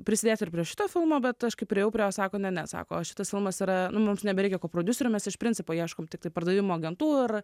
prisidėt ir prie šito filmo bet aš priėjau prie jos sako ne ne sako šitas filmas yra nu mums nebereikia koprodiuserių mes iš principo ieškom tiktai pardavimo agentų ir